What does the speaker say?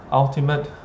ultimate